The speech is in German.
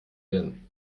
hirn